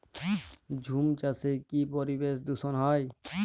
ঝুম চাষে কি পরিবেশ দূষন হয়?